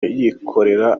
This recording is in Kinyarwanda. yikorera